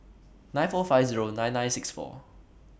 nine four five Zero nine nine six four